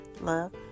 love